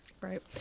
Right